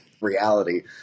reality